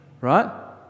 right